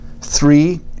three